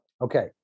Okay